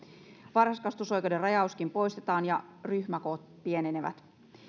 varhaiskasvatusoikeuden rajauskin poistetaan ja ryhmäkoot pienenevät